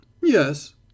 yes